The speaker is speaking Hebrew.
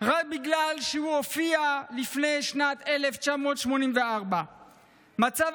רק בגלל שהוא הופיע לפני שנת 1984. זה מצב